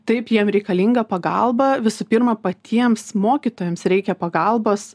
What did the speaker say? taip jiem reikalinga pagalba visų pirma patiems mokytojams reikia pagalbos